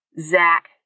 Zach